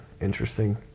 interesting